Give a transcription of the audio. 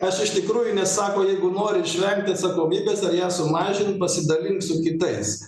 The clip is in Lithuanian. aš iš tikrųjų nes sako jeigu nori išvengti atsakomybės ar ją sumažint pasidalink su kitais